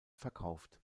verkauft